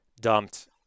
dumped